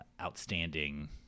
outstanding